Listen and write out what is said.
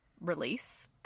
release